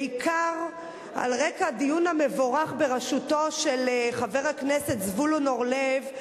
בעיקר על רקע הדיון המבורך בראשותו של חבר הכנסת זבולון אורלב,